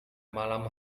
malam